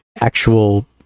actual